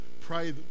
pray